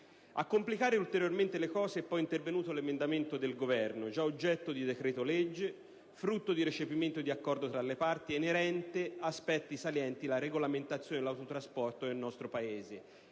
A complicare ulteriormente la situazione è poi intervenuto l'emendamento del Governo, già oggetto di decreto-legge, frutto di recepimento di accordo tra le parti ed inerente ad aspetti salienti della regolamentazione dell'autotrasporto nel nostro Paese,